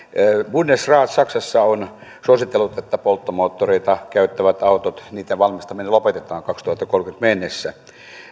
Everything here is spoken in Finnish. bundesrat saksassa on suositellut että polttomoottoreita käyttävien autojen valmistaminen lopetetaan vuoteen kaksituhattakolmekymmentä mennessä